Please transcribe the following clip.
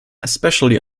especially